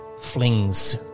flings